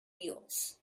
wheels